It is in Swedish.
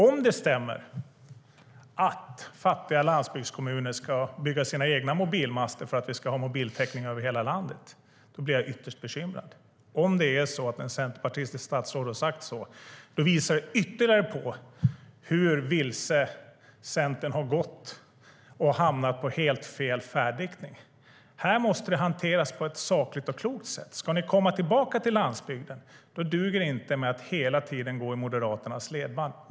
Om det stämmer att fattiga landsbygdskommuner ska bygga sina egna mobilmaster för att få mobiltäckning över hela landet blir jag ytterst bekymrad. Om ett centerpartistiskt statsråd har sagt så, visar det ytterligare på hur vilse Centern har gått och hamnat i helt fel färdriktning. Det här måste hanteras på ett sakligt och klokt sätt. Ska ni komma tillbaka till landsbygden duger det inte med att hela tiden gå i Moderaternas ledband.